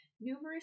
numerous